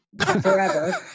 forever